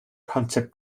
concept